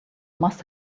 must